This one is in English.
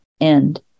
end